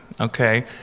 okay